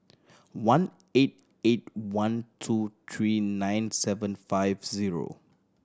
one eight eight one two three nine seven five zero